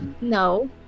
No